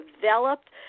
developed